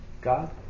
God